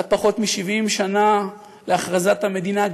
קצת פחות מ-70 שנה להכרזת המדינה,